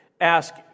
ask